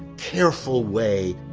careful way.